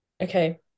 Okay